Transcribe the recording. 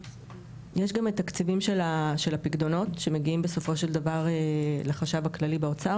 יש גם את התקציבים של הפיקדונות שמגיעים בסופו של דבר לחשב הכללי באוצר,